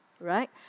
right